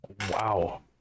wow